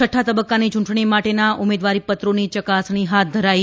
છઠ્ઠા તબક્કાની ચૂંટણી માટેના ઉમેદવારીપત્રોની ચકાસણી હાથ ધરાઇ